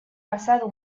pasado